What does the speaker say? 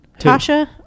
Tasha